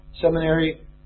Seminary